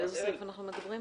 על איזה סעיף אנחנו מדברים?